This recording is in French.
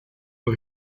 aux